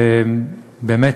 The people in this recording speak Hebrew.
ובאמת,